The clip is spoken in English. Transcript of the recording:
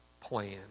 plan